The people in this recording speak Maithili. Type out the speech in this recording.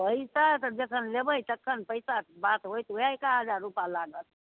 पैसा तऽ जखन लेबै तखन पैसा कऽ बात होइत ओएह एक आध हजार रूपा लागत